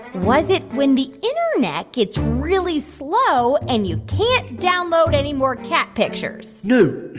was it when the internet gets really slow, and you can't download any more cat pictures? no.